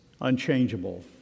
unchangeable